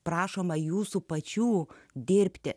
prašoma jūsų pačių dirbti